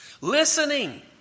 Listening